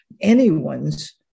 anyone's